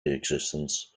existence